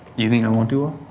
you think i won't do